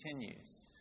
continues